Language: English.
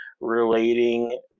relating